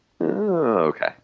Okay